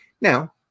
Now